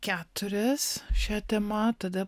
keturias šia tema tada